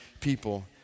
people